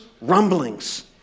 rumblings